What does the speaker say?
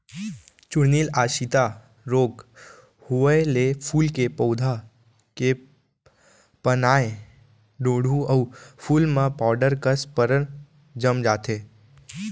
चूर्निल आसिता रोग होउए ले फूल के पउधा के पानाए डोंहड़ू अउ फूल म पाउडर कस परत जम जाथे